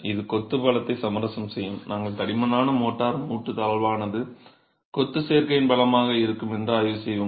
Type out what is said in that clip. இது கொத்து பலத்தை சமரசம் செய்யும் நாங்கள் தடிமனான மோர்ட்டார் மூட்டு தாழ்வானது கொத்து சேர்க்கையின் பலமாக இருக்கும் என்று ஆய்வு செய்வோம்